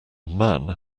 man